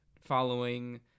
following